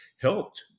helped